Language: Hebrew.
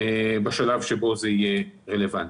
בשלב שבו זה יהיה רלוונטי.